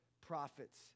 prophets